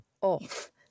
off